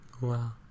Wow